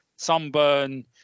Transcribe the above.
Sunburn